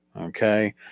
Okay